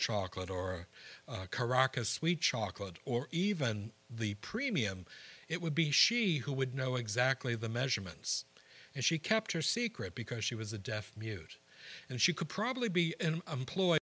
chocolate or caracas sweet chocolate or even the premium it would be she who would know exactly the measurements and she kept her secret because she was a deaf mute and she could probably be an employe